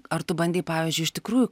ar tu bandei pavyzdžiui iš tikrųjų